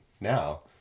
now